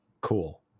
Cool